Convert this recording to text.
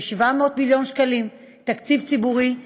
זה 700 מיליון שקלים תקציב ציבורי,